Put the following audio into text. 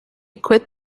quit